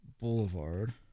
Boulevard